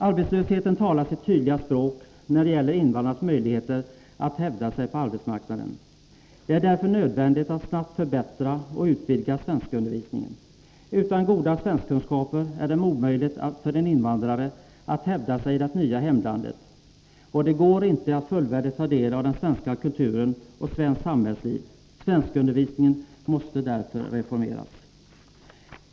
Arbetslösheten talar sitt tydliga språk när det gäller invandrarnas möjligheter att hävda sig på arbetsmarknaden. Det är därför nödvändigt att snabbt förbättra och utvidga svenskundervisningen. Utan goda svenskkunskaper är det omöjligt för en invandrare att hävda sig i det nya hemlandet, och det går inte att fullvärdigt ta del av den svenska kulturen och svenskt samhällsliv. Svenskundervisningen måste därför reformeras.